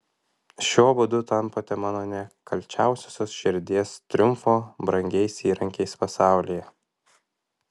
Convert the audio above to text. šiuo būdu tampate mano nekalčiausiosios širdies triumfo brangiais įrankiais pasaulyje